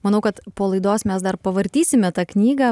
manau kad po laidos mes dar pavartysime tą knygą